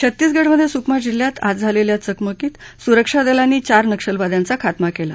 छत्तीसगडमधे सुकमा जिल्ह्यात आज झालेल्या चकमकीत सुरक्षा दलांनी चार नक्षलवाद्यांचा खात्मा केला